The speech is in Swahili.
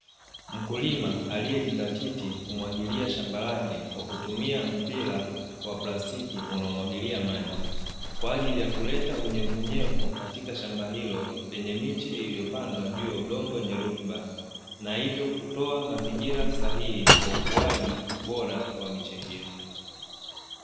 Mkulima aliyejidhatiti kumwagilia shamba lake kwa kutumia mpira wa plastiki, unaomwagilia maji kwa ajili ya kuleta unyevu unyevu katika shamba hilo lenye miche iliyopandwa juu ya udongo wenye rutuba na hivyo kutoa mazingira sahihi kwa ukuaji bora wa miche hiyo.